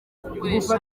gukoresha